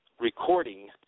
recording